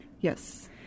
Yes